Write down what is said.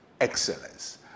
excellence